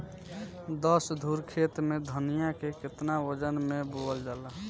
दस धुर खेत में धनिया के केतना वजन मे बोवल जाला?